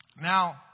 Now